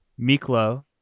Miklo